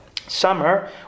Summer